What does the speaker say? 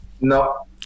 No